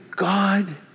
God